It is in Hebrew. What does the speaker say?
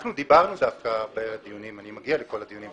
אנחנו דיברנו בדיונים אני מגיע לכל הדיונים,